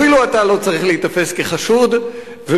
אפילו אתה לא צריך להיתפס כחשוד ובוודאי